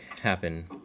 happen